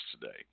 today